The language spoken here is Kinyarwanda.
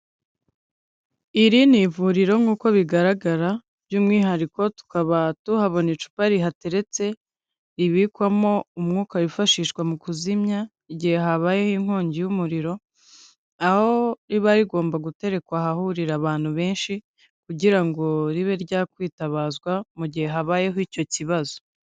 Iri ni ivuriro nk'uko bigaragara, by'umwihariko tukaba tuhabona icupa rihateretse, ribikwamo umwuka wifashishwa mu kuzimya, igihe habayeho inkongi y'umuriro, aho riba rigomba guterekwa ahahurira abantu benshi, kugira ngo ribe ryakwitabazwa mu gihe habayeho icyo kibazo.